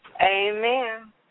Amen